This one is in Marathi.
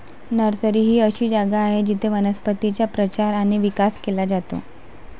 नर्सरी ही अशी जागा आहे जिथे वनस्पतींचा प्रचार आणि विकास केला जातो